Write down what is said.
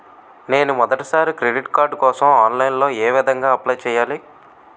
నేను మొదటిసారి credit card కోసం ఆన్లైన్ లో ఏ విధంగా అప్లై చేయాలి?